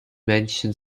menschen